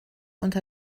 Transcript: unter